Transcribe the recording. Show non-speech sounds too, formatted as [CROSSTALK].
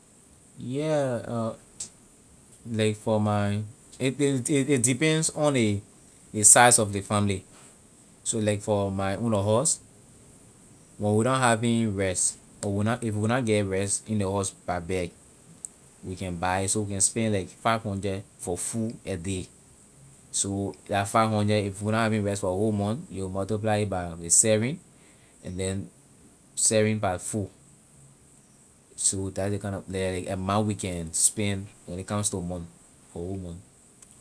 Yeah [HESITATION] like for my it it it depend on ley size of the family so like for my owner house when we na having rice when we na if we na get rice in ley house by bag we can buy it so we can spend like five hundred for food a day so la five hundred if we na having rice for ley whole month you will multiply it by ley seven and then seven by four so that ley kind na like ley amount we can spend when it come to money for whole month.